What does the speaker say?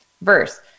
verse